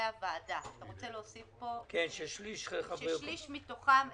הוועדה שוקלים בנושא זה כאמור בפסקה 7,